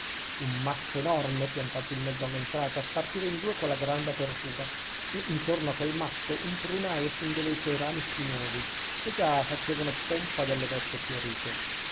un masso enorme piantato in mezzo all'entrata spartiva in due quella grande apertura e intorno a quel masso un prunaio stendeva i suoi rami spinosi che già facevano pompa delle vette fiorite